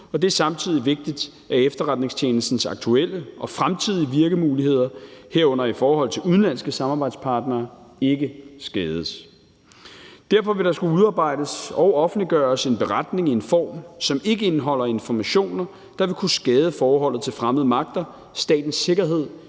og det er samtidig vigtigt, at efterretningstjenestens aktuelle og fremtidige virkemuligheder, herunder i forhold til udenlandske samarbejdspartnere, ikke skades. Derfor vil der skulle udarbejdes og offentliggøres en beretning i en form, som ikke indeholder informationer, der vil kunne skade forholdet til fremmede magter, statens sikkerhed